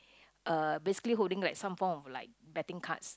uh basically holding like some form of like betting cards